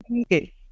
Okay